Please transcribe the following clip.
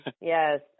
Yes